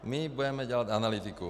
My budeme dělat analytiku.